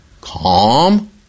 calm